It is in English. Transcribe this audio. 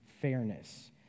fairness